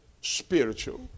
spiritual